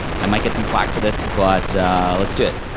um i get some flak for this, but let's do it.